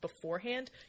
beforehand